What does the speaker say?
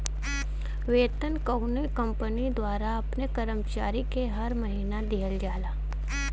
वेतन कउनो कंपनी द्वारा अपने कर्मचारी के हर महीना दिहल जाला